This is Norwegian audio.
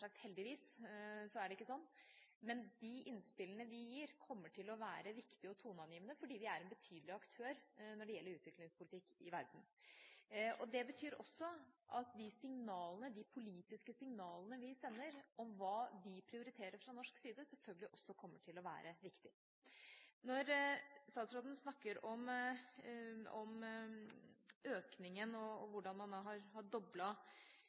sagt heldigvis er det ikke sånn – men de innspillene vi gir, kommer til å være viktige og toneangivende fordi vi er en betydelig aktør når det gjelder utviklingspolitikk i verden. Det betyr også at de politiske signalene vi sender om hva vi prioriterer fra norsk side, selvfølgelig også kommer til å være viktige. Når statsråden snakker om en økning og om hvordan man har doblet utdanningsbistanden siden 2002, kommer jo mesteparten av denne økningen